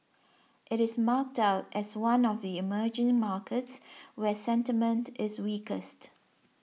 it is marked out as one of the emerging markets where sentiment is weakest